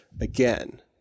again